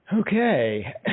Okay